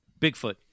Bigfoot